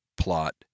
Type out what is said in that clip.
plot